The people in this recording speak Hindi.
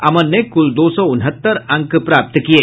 अमन ने कुल दो सौ उनहत्तर अंक प्राप्त किये